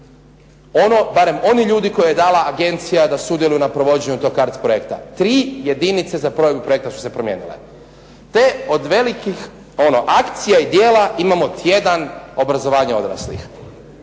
Ono, barem oni ljudi koje je dala agencija da sudjeluju na provođenju tog CARDS projekta. Tri jedinice za provedbu projekta su se promijenile. Te od velikih ono akcija i djela imamo tjedan obrazovanja odraslih.